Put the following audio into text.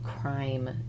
crime